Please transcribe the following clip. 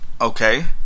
Okay